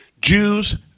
Jews